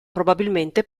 probabilmente